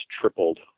tripled